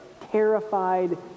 terrified